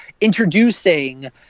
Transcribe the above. introducing